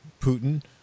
Putin